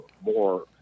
more